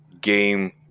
game